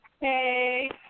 Hey